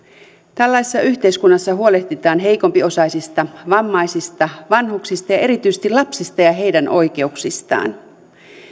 tällaisessa yhteiskunnassa huolehditaan heikompiosaisista vammaisista vanhuksista ja erityisesti lapsista ja heidän oikeuksistaan